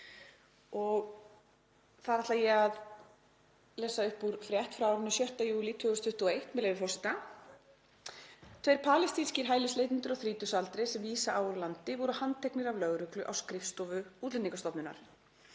og ætla ég að lesa upp úr frétt frá 6. júlí 2021, með leyfi forseta: Tveir palestínskir hælisleitendur á þrítugsaldri sem vísa átti úr landi voru handteknir af lögreglu á skrifstofu Útlendingastofnunar.